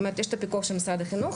יש את הפיקוח של משרד החינוך,